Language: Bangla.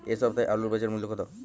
এ সপ্তাহের আলুর বাজার মূল্য কত?